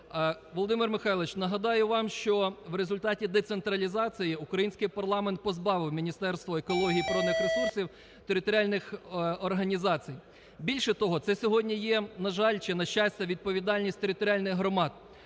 Володимир Михайлович, нагадаю вам, що в результаті децентралізації український парламент позбавив Міністерство екології і природних ресурсів територіальних організацій. Більше того, це сьогодні є, на жаль чи на щастя, відповідальність територіальних громад.